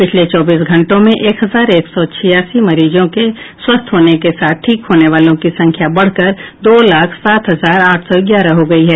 पिछले चौबीस घंटों में एक हजार एक सौ छियासी मरीजों के स्वस्थ होने के साथ ठीक होने वालों की संख्या बढ़कर दो लाख सात हजार आठ सौ ग्यारह हो गयी है